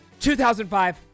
2005